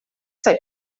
stai